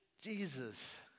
Jesus